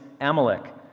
Amalek